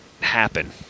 happen